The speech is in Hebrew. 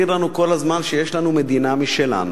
אני מנסה להזכיר לנו כל הזמן שיש לנו מדינה משלנו